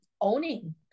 owning